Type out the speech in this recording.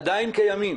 עדיין קיימים.